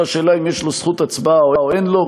השאלה האם יש לו זכות הצבעה או אין לו.